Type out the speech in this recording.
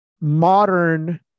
modern